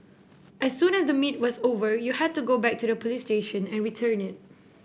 as soon as the meet was over you had to go back to the police station and return it